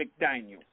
McDaniel